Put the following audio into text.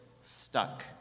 stuck